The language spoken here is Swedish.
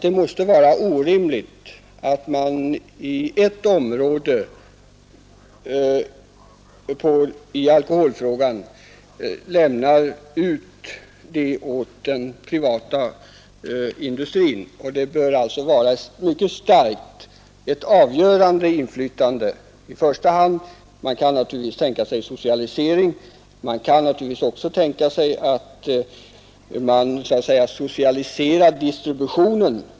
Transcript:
Det måste vara orimligt att man överlåter en del av alkoholhanteringen på den privata industrin. Det bör åtminstone vara ett avgörande samhällsinflytande på detta område. Man kan naturligtvis också tänka sig en ren socialisering. Man kan också överväga att socialisera distributionen.